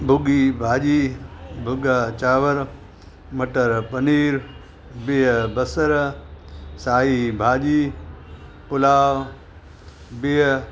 भुगी भाॼी भुगा चांवर मटर पनीर बिह बसर साई भाॼी पुलाव बिह